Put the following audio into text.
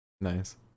Nice